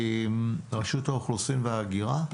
רשות האוכלוסין וההגירה.